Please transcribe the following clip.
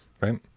right